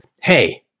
hey